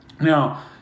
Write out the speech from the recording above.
Now